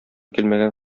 килмәгән